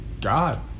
God